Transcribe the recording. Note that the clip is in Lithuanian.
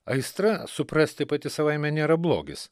aistra suprasti pati savaime nėra blogis